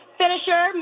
finisher